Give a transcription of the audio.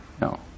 No